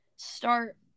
Start